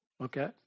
Okay